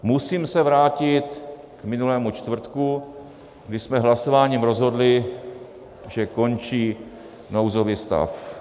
Musím se vrátit k minulému čtvrtku, kdy jsme hlasováním rozhodli, že končí nouzový stav.